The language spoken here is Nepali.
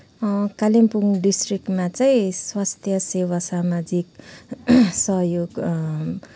कालिम्पोङ डिस्ट्रिक्टमा चाहिँ स्वास्थ्य सेवा सामाजिक सहयोग